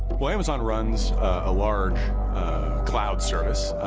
well amazon runs a large cloud service,